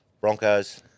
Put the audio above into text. Broncos